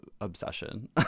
obsession